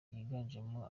yiganjemo